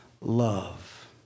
love